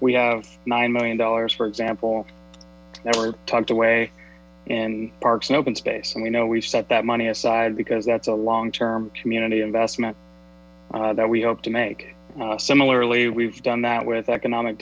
we have nine million dollars for example we're tucked away in parks and open space and we know we've set that money aside because that's a long term community investment that we hope to make similarly we've done that with economic